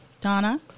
Donna